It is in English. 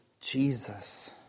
Jesus